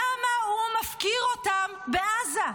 למה הוא מפקיר אותם בעזה?